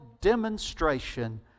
demonstration